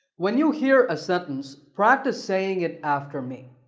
when you hear a sentence practice saying it after me.